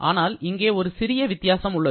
ஆனால் இங்கே ஒரு சிறிய வித்தியாசம் உள்ளது